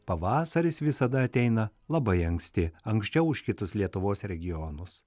pavasaris visada ateina labai anksti anksčiau už kitus lietuvos regionus